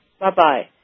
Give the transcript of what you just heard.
Bye-bye